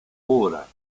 ora